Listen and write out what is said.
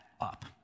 up